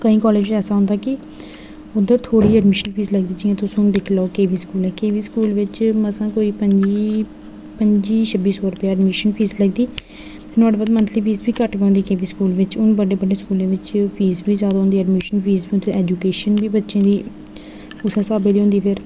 कोई कालेज ऐसा होंदा कि उधर थोह्ड़ी देर मुश्कल फीस लगदी तुस हून दिक्खी लेओ केवी स्कूल बिच्च मसां कोई पंजी पंजी छब्बी सौ रपे एडमिशन फीस लगदी ते नुआढ़ी मंथली फीस बी घट्ट होंदी केवी स्कूल बिच्च बड्डे बड्डे स्कूलें बिच्च फीस बी जैदा होंदी ते एडमिशन फीस बी ते एजूकेशन बी बच्चें दी उस्सै साह्बै दी होंदी फिर